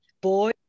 boy